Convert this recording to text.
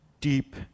deep